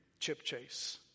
Chipchase